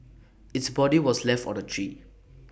its body was left on A tree